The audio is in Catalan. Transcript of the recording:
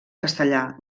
castellà